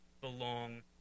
belong